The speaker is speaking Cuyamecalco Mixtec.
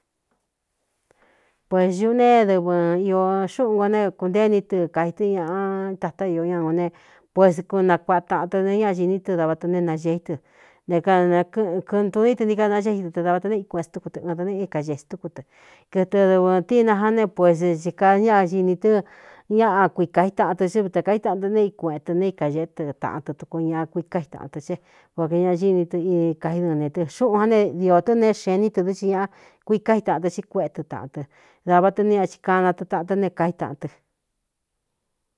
Puēs ñuꞌ ne dɨvɨn īō xúꞌun nko ne kuntée iní tɨ kai tɨ ñaꞌa tatá ió ña ūn ne pues kunakuāꞌa taꞌan tɨ neé ñañiní tɨ dava ta neé nage í tɨ né kanɨkɨ̄ꞌɨntu ní tɨ nií ka naxé itɨ te dava ta nee ikueꞌe túku tɨ ɨn tɨ neé ikaxēe túku tɨ kɨtɨ dɨvɨ̄n tínaján ne pues cīka ñañinī tɨ́ ñaꞌa kuika ítaꞌan tɨ sɨ́vi ta kaítaꞌan tɨ nee í kueꞌen tɨ ne íkageꞌé tɨ taꞌan tɨ tuku ñaꞌa kuiká itāꞌan tɨ cé vo ke ñañini tɨ ikaí dɨne tɨ xuꞌūn ján ne diō tɨ́ neé xee ní tɨ dɨ́chɨ ñaꞌa kuiká ítaꞌan tɨ xí kuéꞌe tɨ tāꞌan tɨ dava ta ne ñaꞌa chi kana tɨ taꞌan tɨ ne ka ítaꞌan tɨ.